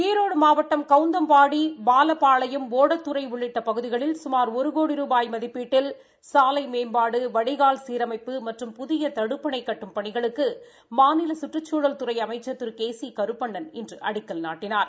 ஈரோடு மாவட்டம் கவுந்தம்பாடி பாவபாளையம் ஒடத்துறை உள்ளிட்டபகுதிகளில் சுமாா் ஒரு கோடி ரூபாய் மதிப்பீட்டில் சாலை மேம்பாடு வடிகளல் சீரமைப்பு மற்றும் புதிய தடுப்பணை கட்டும் பணிகளுக்கு மாநில சுற்றுச்சூழல்துறை அமைச்சா் திரு கே சி கருப்பணன் இன்று அடிக்கல் நாட்டினார்